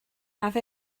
have